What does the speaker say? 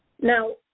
Now